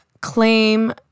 claim